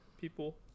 people